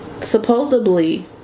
Supposedly